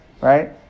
right